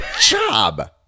job